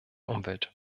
umwelt